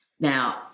Now